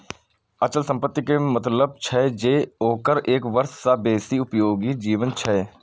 अचल संपत्ति के मतलब छै जे ओकर एक वर्ष सं बेसी उपयोगी जीवन छै